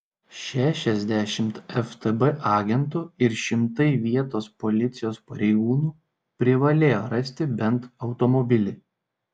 šešiasdešimt ftb agentų ir šimtai vietos policijos pareigūnų privalėjo rasti bent automobilį